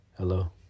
Hello